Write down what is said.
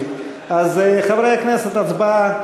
חברי הכנסת, הצבעה.